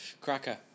Cracker